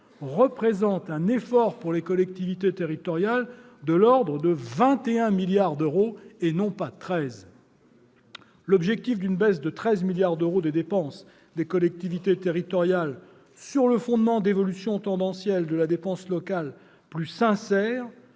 représente un effort, pour les collectivités territoriales, de l'ordre de 21 milliards d'euros, et non de 13 milliards d'euros. L'objectif d'une baisse de 13 milliards d'euros des dépenses des collectivités territoriales sur le fondement d'hypothèses d'évolution tendancielle de la dépense locale plus sincères